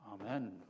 Amen